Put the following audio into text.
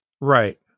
Right